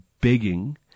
begging